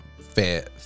fair